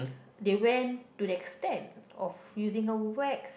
they went to the extend of using a wax